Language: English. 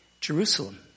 Jerusalem